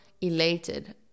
elated